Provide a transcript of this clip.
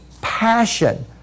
passion